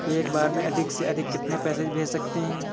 एक बार में अधिक से अधिक कितने पैसे भेज सकते हैं?